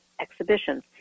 exhibition